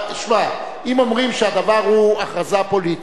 שמע, אם אומרים שהדבר הוא הכרזה פוליטית,